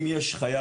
אם יש חייל,